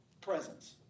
presence